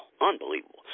Unbelievable